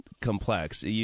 complex